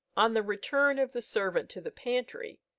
on the return of the servant to the pantry,